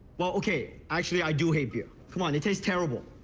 well, ok, actually i do hate beer. come on, it tastes terrible.